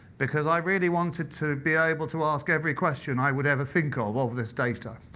because i really wanted to be able to ask every question i would ever think of of this data.